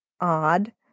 odd